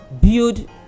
build